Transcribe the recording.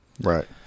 Right